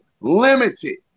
limited